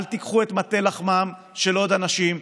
אל תיקחו את מטה לחמם של עוד אנשים,